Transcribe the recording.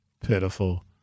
pitiful